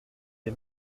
des